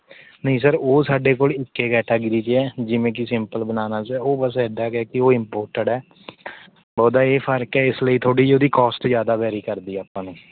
ਨਹੀਂ ਸਰ ਉਹ ਸਾਡੇ ਕੋਲ ਇੱਕ ਏ ਕੈਟਾਗਰੀ 'ਚ ਹੈ ਜਿਵੇਂ ਕਿ ਸਿੰਪਲ ਬਨਾਨਾਸ ਉਹ ਬੱਸ ਇੱਦਾਂ ਕ ਕਿ ਉਹ ਇੰਮਪੋਰਟੇਡ ਹੈ ਉਹਦਾ ਇਹ ਫਰਕ ਹੈ ਇਸ ਲਈ ਥੋੜ੍ਹੀ ਜਿਹੀ ਉਹਦੀ ਕੋਸਟ ਜ਼ਿਆਦਾ ਵੈਰੀ ਕਰਦੀ ਆਪਾਂ ਨੂੰ